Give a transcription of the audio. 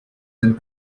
and